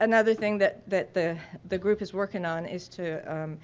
another thing that that the the group is working on is to